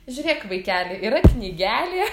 žiūrėk vaikeli yra knygelė